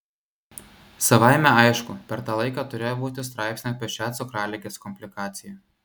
savaime aišku per tą laiką turėjo būti straipsnių apie šią cukraligės komplikaciją